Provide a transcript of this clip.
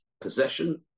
possession